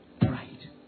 Pride